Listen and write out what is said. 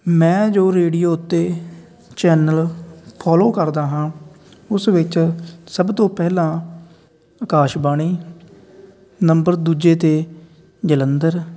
ਮੈਂ ਜੋ ਰੇਡੀਓ ਉੱਤੇ ਚੈਨਲ ਫੋਲੋ ਕਰਦਾ ਹਾਂ ਉਸ ਵਿੱਚ ਸਭ ਤੋਂ ਪਹਿਲਾਂ ਆਕਾਸ਼ਬਾਣੀ ਨੰਬਰ ਦੂਜੇ ਤੇ ਜਲੰਧਰ